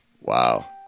Wow